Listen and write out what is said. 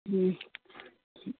ହୁଁ